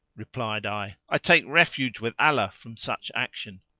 replied i, i take refuge with allah from such action!